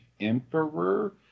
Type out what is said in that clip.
emperor